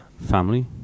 Family